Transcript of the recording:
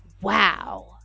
wow